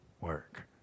work